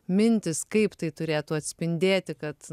mintys kaip tai turėtų atspindėti kad